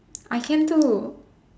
I can too